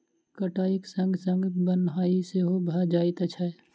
कटाइक संग संग बन्हाइ सेहो भ जाइत छै